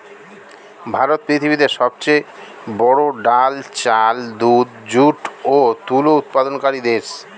ভারত পৃথিবীতে সবচেয়ে বড়ো ডাল, চাল, দুধ, যুট ও তুলো উৎপাদনকারী দেশ